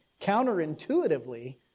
counterintuitively